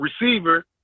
receiver